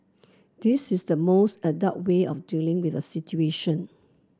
this is the most adult way of dealing with the situation